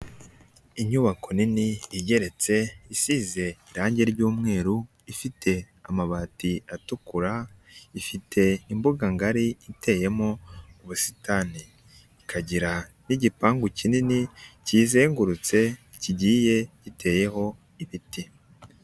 Inyubako nini igeretse isize irangi ry'umweru, ifite amabati atukura, ifite imbuga ngari iteyemo ubusitani, ikagira n'igipangu kinini kiyizengurutse kigiye giteyeho ibiti.